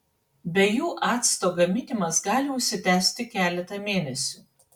be jų acto gaminimas gali užsitęsti keletą mėnesių